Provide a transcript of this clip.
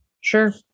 Sure